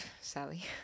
Sally